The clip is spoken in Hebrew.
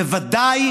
בוודאי